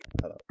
Hello